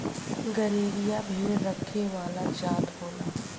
गरेरिया भेड़ रखे वाला जात होला